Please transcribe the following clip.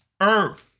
Earth